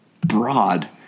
broad